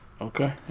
Okay